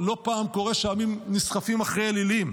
לא פעם קורה שעמים נסחפים אחרי אלילים.